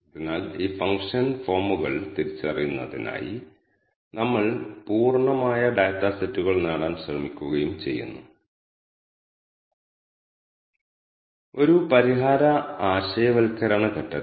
structure function ഒരു R ഒബ്ജക്റ്റിന്റെ ആന്തരിക ഘടന ഒതുക്കമുള്ള രീതിയിൽ പ്രദർശിപ്പിക്കുന്നു